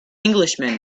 englishman